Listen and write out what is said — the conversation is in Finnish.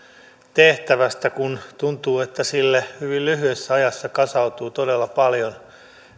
tehtävästä kun tuntuu että sille hyvin lyhyessä ajassa kasautuu todella paljon